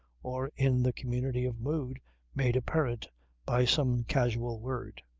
or in the community of mood made apparent by some casual word.